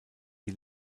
die